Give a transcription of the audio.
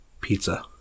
pizza